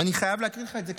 ואני חייב להקריא לך את זה,